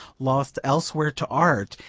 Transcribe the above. lost elsewhere to art,